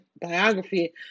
biography